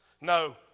No